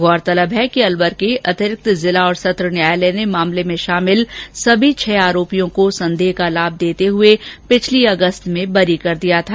गौरतलब है कि अलवर के अतिरिक्त जिला और सत्र न्यायालय ने मामले में शामिल समी छह आरोपियों को संदेह का लाभ देते हुए पिछली अगस्त में बरी कर दिया था